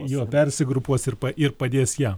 jo persigrupuos ir pa ir padės jam